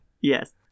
Yes